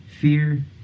fear